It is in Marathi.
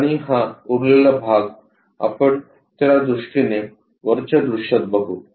आणि हा उरलेला भाग आपण त्या दृष्टीने वरच्या दृश्यात बघू